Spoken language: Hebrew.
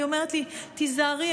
היא אומרת לי: תיזהרי,